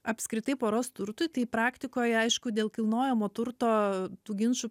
apskritai poros turtui tai praktikoje aišku dėl kilnojamo turto tų ginčų